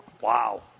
Wow